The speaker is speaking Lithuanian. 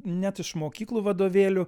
net iš mokyklų vadovėlių